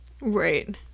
right